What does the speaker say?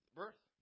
birth